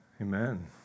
amen